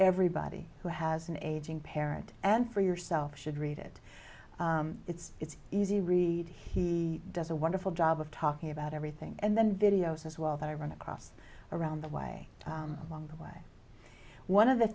everybody who has an aging parent and for yourself should read it it's easy to read he does a wonderful job of talking about everything and then videos as well that i run across around the way along the way one of the